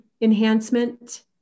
enhancement